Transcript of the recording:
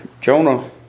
Jonah